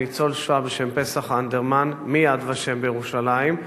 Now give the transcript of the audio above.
עם ניצול שואה בשם פסח אנדרמן מ"יד ושם" בירושלים.